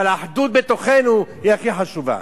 אבל האחדות בתוכנו היא הכי חשובה.